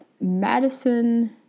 Madison